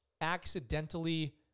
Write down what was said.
accidentally